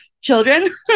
children